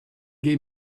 gave